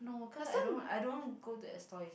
no cause I don't I don't go to that store usually